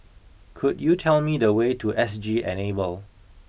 could you tell me the way to S G Enable